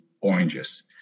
oranges